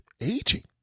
aging